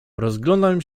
rozglądam